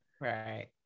right